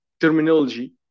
terminology